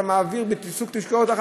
אתה מעביר בסוג תקשורת אחר,